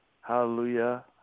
hallelujah